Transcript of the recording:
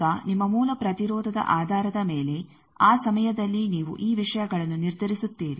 ಈಗ ನಿಮ್ಮ ಮೂಲ ಪ್ರತಿರೋಧದ ಆಧಾರದ ಮೇಲೆ ಆ ಸಮಯದಲ್ಲಿ ನೀವು ಈ ವಿಷಯಗಳನ್ನು ನಿರ್ಧರಿಸುತ್ತೀರಿ